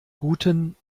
guten